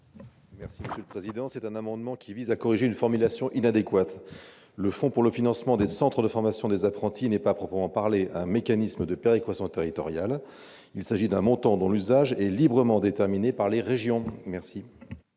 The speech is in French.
M. Martin Lévrier. Cet amendement vise à corriger une formulation inadéquate : le fonds pour le financement des centres de formation des apprentis n'est pas à proprement parler un mécanisme de péréquation territoriale ; il s'agit d'un montant dont l'usage est librement déterminé par les régions. Quel